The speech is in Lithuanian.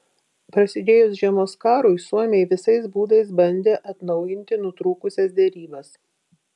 prasidėjus žiemos karui suomiai visais būdais bandė atnaujinti nutrūkusias derybas